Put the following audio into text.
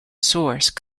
source